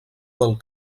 del